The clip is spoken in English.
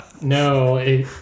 No